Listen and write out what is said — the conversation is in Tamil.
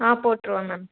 ஆ போட்டிருவேன் மேம்